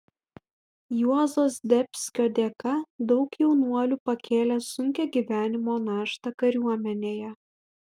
juozo zdebskio dėka daug jaunuolių pakėlė sunkią gyvenimo naštą kariuomenėje